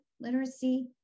literacy